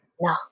No